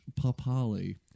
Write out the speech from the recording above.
Papali